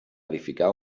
edificar